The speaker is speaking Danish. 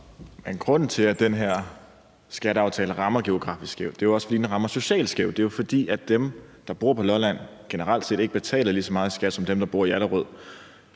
grunden til, at den her skatteaftale rammer geografisk skævt, er jo også, fordi den rammer socialt skævt. Det er jo, fordi dem, der bor på Lolland, generelt set ikke betaler lige så meget i skat som dem, der bor i Allerød.